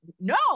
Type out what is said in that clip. no